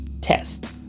Test